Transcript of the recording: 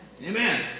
Amen